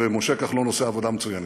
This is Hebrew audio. ומשה כחלון עושה עבודה מצוינת.